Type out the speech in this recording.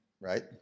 right